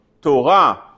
Torah